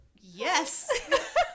yes